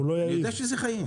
אני יודע שזה חיים.